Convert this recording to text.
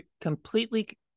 completely